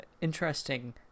interesting